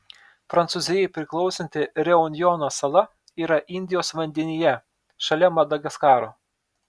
prancūzijai priklausanti reunjono sala yra indijos vandenyje šalia madagaskaro